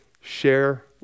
share